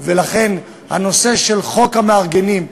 ולכן, הנושא של חוק המארגנים,